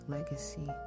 Legacy